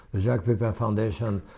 the jacques pepin foundation,